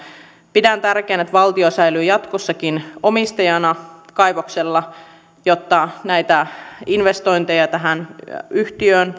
pidän tärkeänä että valtio säilyy jatkossakin omistajana kaivoksella jotta voidaan myös saada takaisin näitä investointeja tähän yhtiöön